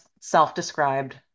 self-described